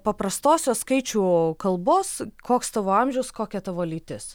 paprastosios skaičių kalbos koks tavo amžius kokia tavo lytis